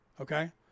Okay